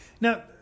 Now